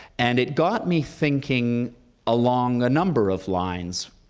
and it got me thinking along a number of lines,